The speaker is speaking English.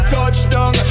Touchdown